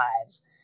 lives